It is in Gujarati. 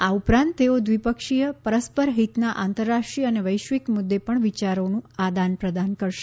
આ ઉપરાંત તેઓ દ્વિપક્ષીય પરસ્પર હિતના આંતરરાષ્ટ્રીય અને વૈશ્વિક મુદ્દે પણ વિચારોનું આદાનપ્રદાન કરશે